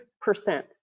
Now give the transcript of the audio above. percent